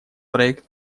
проект